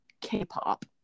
k-pop